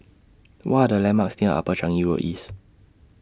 What Are The landmarks near Upper Changi Road East